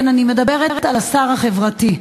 כן, אני מדברת על השר החברתי,